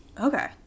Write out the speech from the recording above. Okay